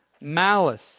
malice